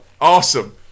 awesome